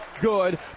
good